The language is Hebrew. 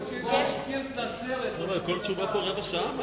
יש הרבה שואלים